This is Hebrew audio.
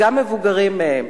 גם מבוגרים מהם,